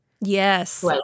Yes